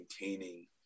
maintaining